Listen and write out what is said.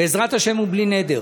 בעזרת השם ובלי נדר,